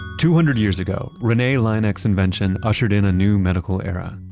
two hundred years ago, rene laennec's invention ushered in a new medical era,